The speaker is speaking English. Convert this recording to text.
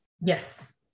Yes